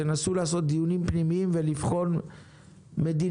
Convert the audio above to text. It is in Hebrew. תנסו לקיים דיונים פנימיים ולבחון מדיניות.